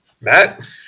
Matt